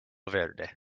verde